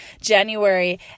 January